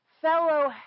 fellow